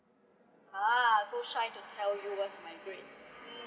ha so shy to tell you what's my grade